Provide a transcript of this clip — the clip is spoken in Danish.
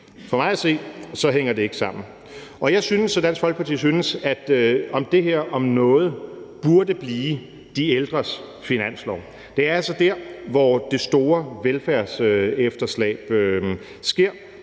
For mig at se hænger det ikke sammen. Jeg synes og Dansk Folkeparti synes, at det her om noget burde blive de ældres finanslov. Det er altså der, det store velfærdsefterslæb sker,